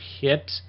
hit